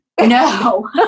No